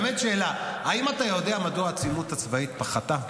באמת שאלה: האם אתה יודע מדוע העצימות הצבאית פחתה?